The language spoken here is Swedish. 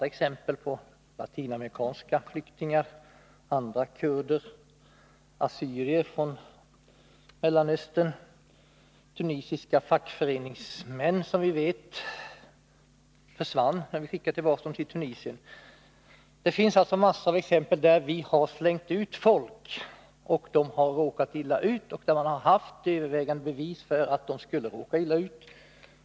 Jag kan nämna latinamerikanska flyktingar, andra kurder, assyrier från Mellanöstern liksom de tunisiska fackföreningsmän som vi vet försvann sedan vi skickat dem tillbaka till Tunisien. Det finns alltså massor av exempel på att vi har slängt ut folk som har råkat illa ut och där vi har haft tungt vägande bevis för att de skulle råka illa ut.